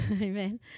Amen